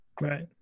right